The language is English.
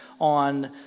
on